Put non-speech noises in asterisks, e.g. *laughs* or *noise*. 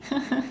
*laughs*